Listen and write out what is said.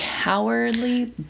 cowardly